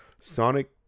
Sonic